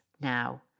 now